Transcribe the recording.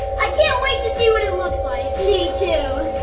i can't wait to see what it looks like! me too!